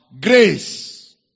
grace